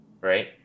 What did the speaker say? right